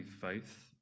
faith